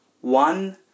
One